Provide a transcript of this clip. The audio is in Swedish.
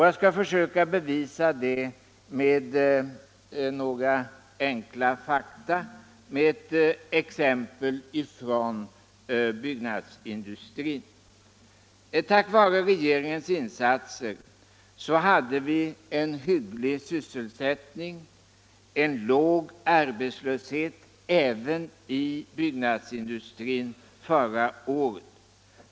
Jag skall försöka bevisa detta enkla faktum med ett exempel från byggnadsindustrin. Tack vare regeringens insatser hade vi en hygglig sysselsättning, en låg arbetslöshet även i byggnadsindustrin förra året.